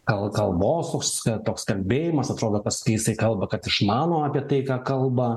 gal kalbos toks toks kalbėjimas atrodo kai jisai kalba kad išmano apie tai ką kalba